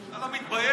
אתה לא מתבייש?